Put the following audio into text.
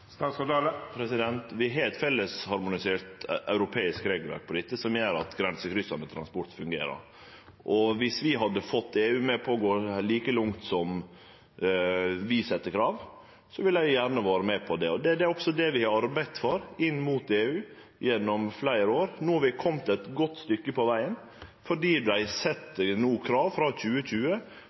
Vi har eit fellesharmonisert europeisk regelverk på dette som gjer at grensekryssande transport fungerer, og viss vi hadde fått EU med på å gå like langt som vi set krav, skulle eg gjerne ha vore med på det. Det er også det vi har arbeidd for inn mot EU gjennom fleire år. No har vi kome eit godt stykke på veg, fordi dei no frå 2020